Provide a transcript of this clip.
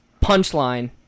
punchline